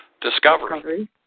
Discovery